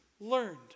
learned